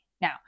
Now